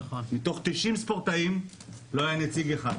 מתוך 90 ספורטאים לא היה נציג אחד.